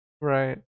Right